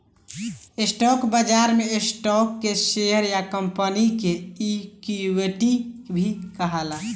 stock बाजार में stock के शेयर या कंपनी के इक्विटी भी कहाला